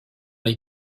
les